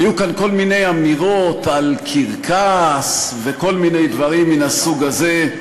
היו כאן כל מיני אמירות על קרקס וכל מיני דברים מן הסוג הזה.